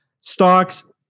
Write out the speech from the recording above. stocks